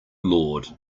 lord